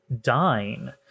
dine